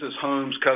homes